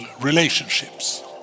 relationships